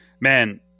man